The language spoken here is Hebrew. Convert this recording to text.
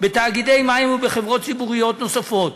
בתאגידי מים ובחברות ציבוריות נוספות,